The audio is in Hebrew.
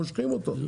מושכים אותו,